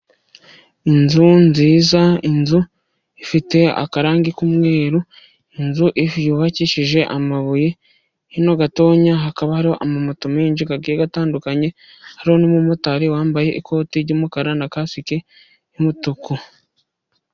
Inzu nziza, inzu ifite akarangi k'umweru. Inzu yubakishije amabuye, hino gatoya hakaba hari moto nyinshi zigiye zitandukanye. Hari n'umumotari wambaye ikoti ry'umukara na kasike y'umutuku.